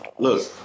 Look